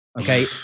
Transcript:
okay